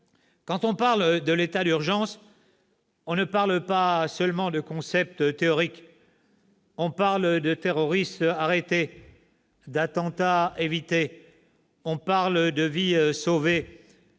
quand on parle de l'état d'urgence, on ne parle pas seulement de concepts théoriques ! On parle de terroristes arrêtés, d'attentats évités. On parle de vies sauvées.